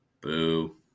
Boo